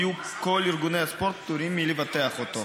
יהיו כל ארגוני הספורט פטורים מלבטח אותו.